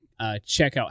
checkout